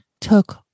took